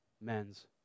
men's